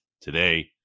today